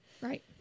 Right